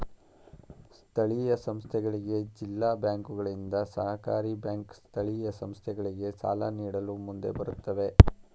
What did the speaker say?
ಸ್ಥಳೀಯ ಸಂಸ್ಥೆಗಳಿಗೆ ಜಿಲ್ಲಾ ಬ್ಯಾಂಕುಗಳಿಂದ, ಸಹಕಾರಿ ಬ್ಯಾಂಕ್ ಸ್ಥಳೀಯ ಸಂಸ್ಥೆಗಳಿಗೆ ಸಾಲ ನೀಡಲು ಮುಂದೆ ಬರುತ್ತವೆ